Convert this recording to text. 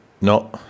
no